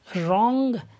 wrong